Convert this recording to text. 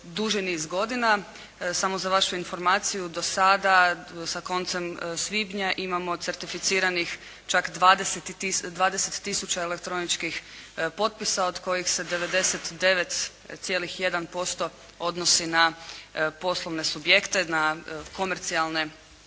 duži niz godina. Samo za vašu informaciju, do sada sa koncem svibnja imamo certificiranih čak 20000 elektroničkih potpisa od kojih se 99,1% odnosi na poslovne subjekte, na komercijalne korisnike